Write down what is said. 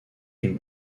une